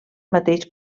mateix